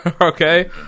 okay